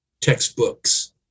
textbooks